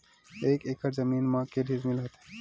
एक एकड़ जमीन मा के डिसमिल होथे?